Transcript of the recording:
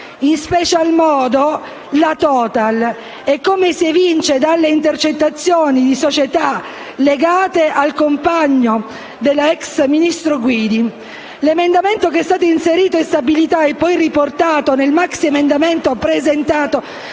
in special modo della Total, come si evince dalle intercettazioni di società legate al compagno dell'ex ministro Guidi. L'emendamento, che è stato inserito nella legge di stabilità e poi riportato nel maxiemendamento presentato...